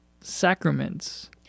sacraments